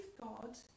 God